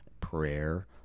prayer